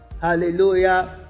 Hallelujah